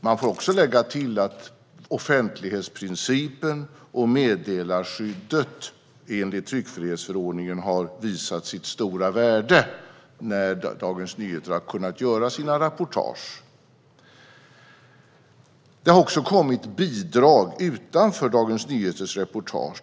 Man får också lägga till att offentlighetsprincipen och meddelarskyddet enligt tryckfrihetsförordningen har visat sitt stora värde när Dagens Nyheter har kunnat göra sina reportage. Det har också kommit bidrag utanför Dagens Nyheters reportage.